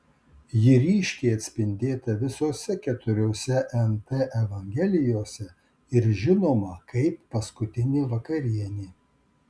ji ryškiai atspindėta visose keturiose nt evangelijose ir žinoma kaip paskutinė vakarienė